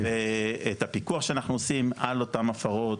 ואת הפיקוח שאנחנו עושים על אותם הפרות,